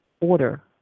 order